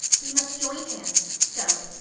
we must join hands so,